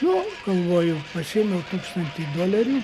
nu galvoju pasiėmiau tūkstantį dolerių